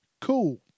Cool